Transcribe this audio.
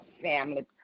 family